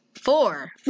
Four